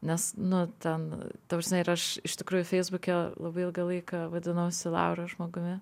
nes nu ten ta prasme ir aš iš tikrųjų feisbuke labai ilgą laiką vadinausi laura žmogumi